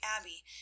Abbey